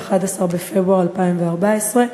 11 בפברואר 2014,